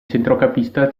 centrocampista